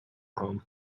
home